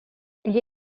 gli